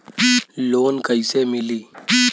Loan कईसे मिली?